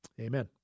Amen